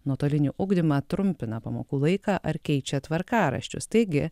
nuotolinį ugdymą trumpina pamokų laiką ar keičia tvarkaraščius taigi